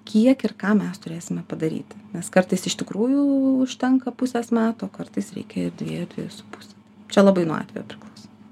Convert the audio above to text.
kiek ir ką mes turėsime padaryti nes kartais iš tikrųjų užtenka pusės metų kartais reikia ir dviejų dviejų su puse čia labai nuo atvejo priklauso